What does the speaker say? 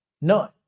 None